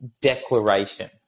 declaration